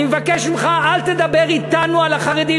אני מבקש ממך, אל תדבר אתנו על החרדים.